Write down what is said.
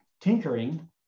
tinkering